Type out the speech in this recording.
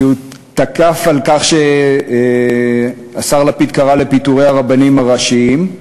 תקף על כך שהשר לפיד קרא לפיטורי הרבנים הראשיים.